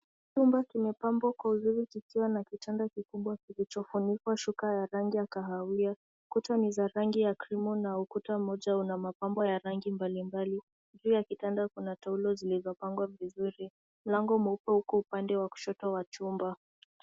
Chumba kimepambwa kwa uzuri kikiwa na kitanda kikubwa kilichotandikwa shuka ya rangi ya kahawia. Kuta ni za rangi ya krimu na ukuta mmoja una mapambo ya rangi mbalimbali. Ju ya kitanda kuna taulo zilizopangwa vizuri. Mlango mweupe uko upande wa kushoto wa chumba.